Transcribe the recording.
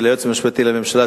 של היועץ המשפטי לממשלה,